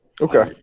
Okay